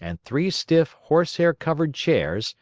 and three stiff horsehair-covered chairs